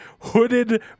hooded